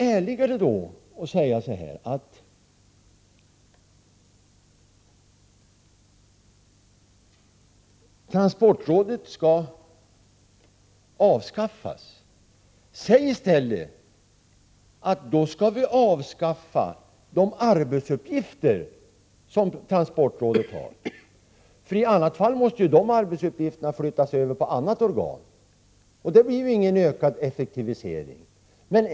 Ärligare än att säga att transportrådet skall avskaffas vore det då att säga att vi skall avskaffa de arbetsuppgifter som transportrådet har — i annat fall måste de flyttas över på annat organ, och resultatet av det blir ju ingen ökad effektivitet.